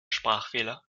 sprachfehler